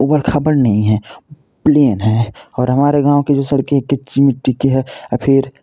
उबड़ खाबड़ नहीं हैं प्लेन हैं और हमारे गाँव की जो सड़के हैं किच्ची मिट्टी के हैं या फिर